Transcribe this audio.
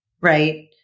right